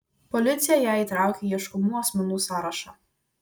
policija ją įtraukė į ieškomų asmenų sąrašą